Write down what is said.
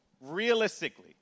realistically